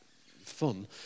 fun